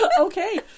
Okay